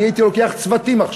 אני הייתי לוקח צוותים עכשיו,